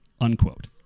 Unquote